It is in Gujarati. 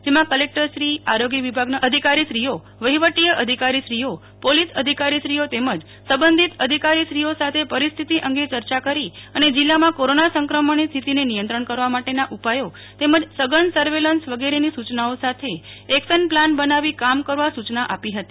જેમા કલેક્ટરશ્રી આરોગ્ય વિભાગના અધિકારીશ્રીઓ વહિવટીય અધિકારીશ્રીઓ પોલીસ અધિકારીશ્રીઓ તેમજ સંબધિત અધિકારીશ્રીઓ સાથે પરિસ્થિતિ અંગે ચર્ચા કરી અને જિલ્લામા કોરોના સંક્રમણની સ્થિતિને નિયંત્રણ કરવા માટેના ઉપાયો તેમજ સધન સર્વેલન્સ વગેરેની સૂચનાઓ સાથે એક્શન પ્લાન બનાવી કામ કરવા સૂચના આપી હતી